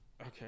Okay